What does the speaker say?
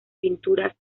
pinturas